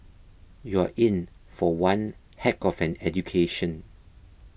you're in for one heck of an education